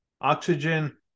oxygen